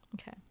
Okay